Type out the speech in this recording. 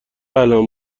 الان